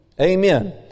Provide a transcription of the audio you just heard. Amen